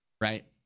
right